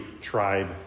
tribe